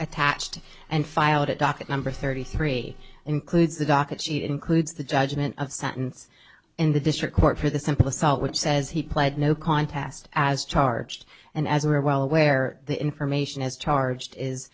attached and filed it docket number thirty three includes the docket sheet includes the judgment of sentence and the district court for the simple assault which says he pled no contest as charged and as we were aware the information as charged is